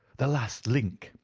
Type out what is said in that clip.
the last link,